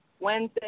Wednesday